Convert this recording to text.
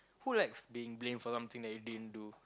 who likes being blame for something that you didn't do